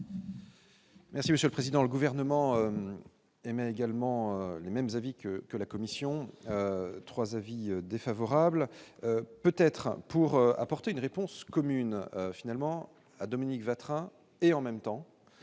Merci monsieur le président, le gouvernement et mais également les mêmes habits que que la commission 3 avis défavorables, peut-être pour apporter une réponse commune finalement à Dominique Vatrin et en même temps à